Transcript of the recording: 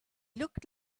looked